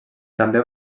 també